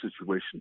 situation